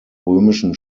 römischen